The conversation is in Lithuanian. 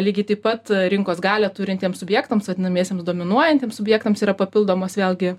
lygiai taip pat rinkos galią turintiems subjektams vadinamiesiems dominuojantiems subjektams yra papildomos vėlgi